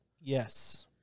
Yes